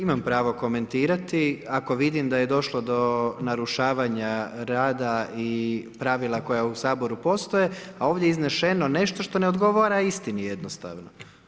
Imam pravo komentirati ako vidim da je došlo do narušavanja rada i pravila koja u Saboru postoje, a ovdje je iznešeno nešto što ne odgovara istini jednostavno.